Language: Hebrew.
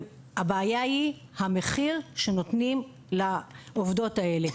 אבל הבעיה היא המחיר שנותנים לעובדות האלה.